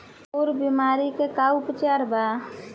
खुर बीमारी के का उपचार बा?